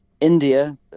India